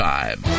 Time